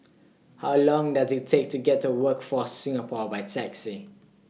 How Long Does IT Take to get to Workforce Singapore By Taxi